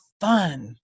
fun